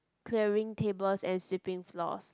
clearing tables and sweeping floors